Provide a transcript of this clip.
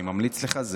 אני ממליץ לך.